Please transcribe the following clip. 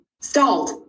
stalled